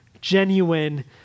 genuine